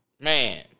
man